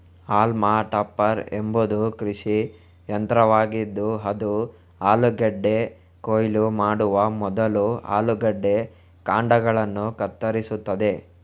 haulm topper ಎಂಬುದು ಕೃಷಿ ಯಂತ್ರವಾಗಿದ್ದು ಅದು ಆಲೂಗಡ್ಡೆ ಕೊಯ್ಲು ಮಾಡುವ ಮೊದಲು ಆಲೂಗಡ್ಡೆ ಕಾಂಡಗಳನ್ನು ಕತ್ತರಿಸುತ್ತದೆ